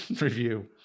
review